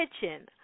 Kitchen